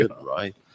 right